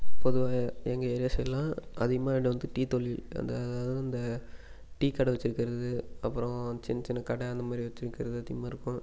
பொதுவாக எங்கள் ஏரியா சைட்லாம் அதிகமான வந்து டீ தொழில் அந்த அதாவது அந்த டீக்கடை வச்சிருக்கிறது அப்புறம் சின்ன சின்ன கடை அந்த மாதிரி வச்சிருக்கிறது அதிகமாக இருக்கும்